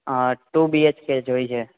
હા two B H K જોઈએ છે